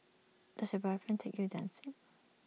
does your boyfriend take you dancing